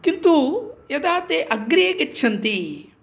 किन्तु यदा ते अग्रे गच्छन्ति